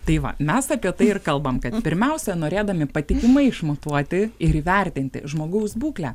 tai va mes apie tai ir kalbam kad pirmiausia norėdami patikimai išmatuoti ir įvertinti žmogaus būklę